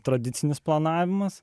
tradicinis planavimas